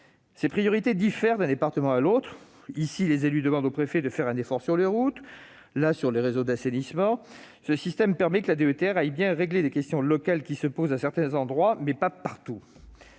Ces priorités diffèrent d'un département à l'autre : ici, les élus demandent au préfet de faire un effort sur les routes ; là, sur les réseaux d'assainissement. Ce système permet que la DETR aille bien régler des questions locales qui se posent à certains endroits, mais pas partout.